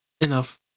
enough